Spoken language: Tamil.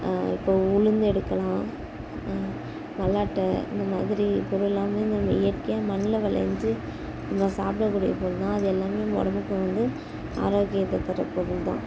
இப்போது உளுந்து எடுக்கலாம் மல்லாட்டை இந்த மாதிரி பொருள் எல்லாமே நம்ம இயற்கையாக மண்ணில் விளஞ்சி நம்ம சாப்பிடக் கூடிய பொருள்தான் அது எல்லாமே உடம்புக்கு வந்து ஆரோக்கியத்தை தர பொருள்தான்